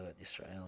Israel